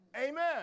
Amen